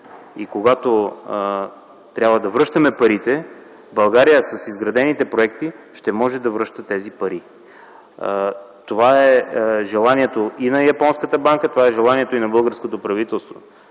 и когато трябва да връщаме парите, България с изградените проекти ще може да връща тези пари. Това е желанието и на японската банка, това е желанието и на българското правителство,